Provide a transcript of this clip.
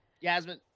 Yasmin